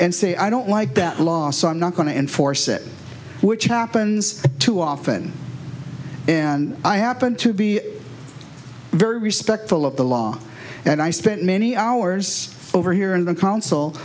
and say i don't like that last i'm not going to enforce it which happens too often and i happen to be very respectful of the law and i spent many hours over here in the council